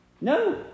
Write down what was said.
No